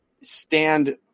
stand